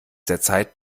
derzeit